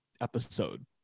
episode